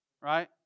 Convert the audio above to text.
right